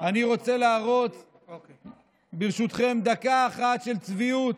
אני רוצה להראות, ברשותכם, דקה אחת של צביעות.